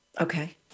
Okay